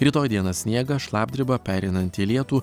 rytoj dieną sniegas šlapdriba pereinanti į lietų